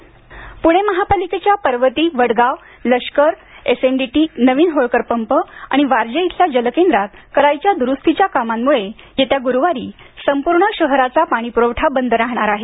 पाणी बंद पुणे महापालिकेच्या पर्वती वडगाव लष्कर एसएनडीटी नवीन होळकर पंप आणि वारजे इथल्या जलकेंद्रात करायच्या द्रुस्तीच्या कामामुळे येत्या गुरुवारी संपूर्ण शहराचा पाणीपुरवठा बंद राहणार आहे